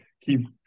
keep